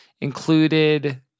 included